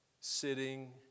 sitting